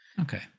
Okay